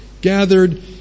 gathered